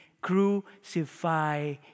crucify